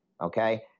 Okay